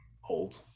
hold